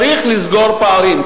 צריך לסגור פערים.